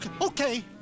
okay